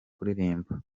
kuririmba